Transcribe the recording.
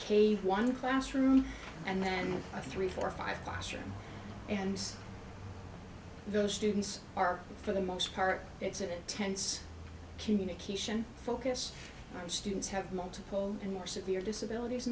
k one classroom and then a three four five classroom and the students are for the most part it's a bit tense communication focus students have multiple and more severe disabilities